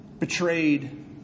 Betrayed